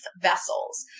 vessels